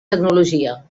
tecnologia